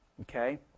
okay